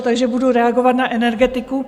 Takže budu reagovat na energetiku.